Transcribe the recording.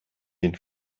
den